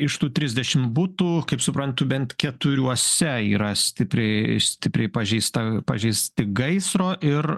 iš tų trisdešimt butų kaip suprantu bent keturiuose yra stipriai stipriai pažeista pažeisti gaisro ir